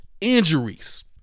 injuries